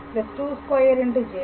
3i 22j 2